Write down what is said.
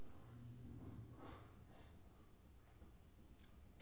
व्यावसायिक ऋण अल्पकालिक होइ छै, पर ओकरा नवीनीकृत कैर के बढ़ाओल जा सकै छै